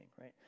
right